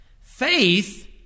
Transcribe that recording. Faith